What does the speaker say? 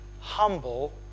humble